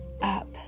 up